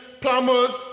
plumbers